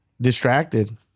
Distracted